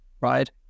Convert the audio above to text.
right